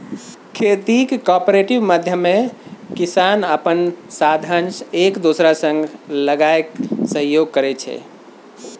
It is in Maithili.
खेतीक कॉपरेटिव माध्यमे किसान अपन साधंश एक दोसरा संग लगाए सहयोग करै छै